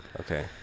Okay